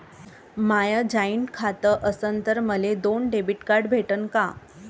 माय joint खातं असन तर मले दोन डेबिट कार्ड भेटन का?